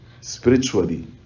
spiritually